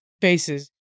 faces